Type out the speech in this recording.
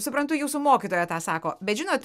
suprantu jūsų mokytoja tą sako bet žinot